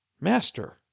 Master